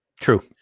True